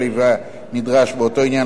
שליווייה נדרש באותו עניין,